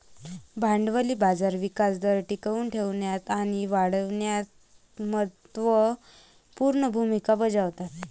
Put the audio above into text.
भांडवली बाजार विकास दर टिकवून ठेवण्यात आणि वाढविण्यात महत्त्व पूर्ण भूमिका बजावतात